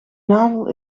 navel